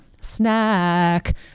snack